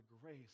grace